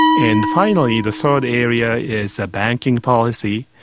and finally, the third area is banking policy.